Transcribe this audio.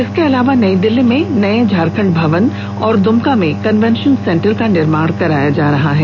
इसके अलावा नई दिल्ली में नए झारखंड भवन और दुमका में कनवेंशन सेंटर का निर्माण कराया जा रहा है